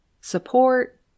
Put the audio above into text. Support